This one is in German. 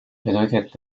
bedeutet